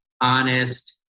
honest